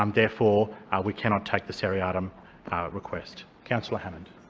um therefore we cannot take the seriatim request. councillor hammond.